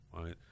right